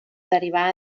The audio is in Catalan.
derivar